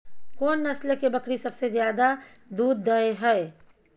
कोन नस्ल के बकरी सबसे ज्यादा दूध दय हय?